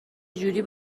جوری